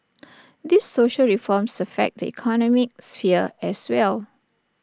these social reforms affect the economic sphere as well